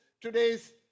today's